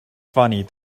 funny